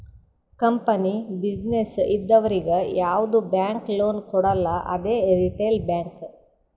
company, business ಇದ್ದವರಿಗ್ ಯಾವ್ದು bank loan ಕೊಡಲ್ಲ ಅದೇ ರಿಟೇಲ್ ಬ್ಯಾಂಕ್